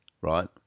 right